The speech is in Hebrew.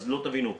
לא תבינו.